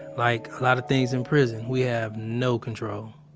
like a lot of things in prison, we have no control.